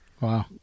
Wow